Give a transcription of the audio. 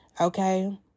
okay